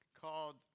called